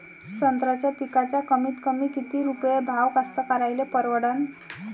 संत्र्याचा पिकाचा कमीतकमी किती रुपये भाव कास्तकाराइले परवडन?